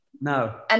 no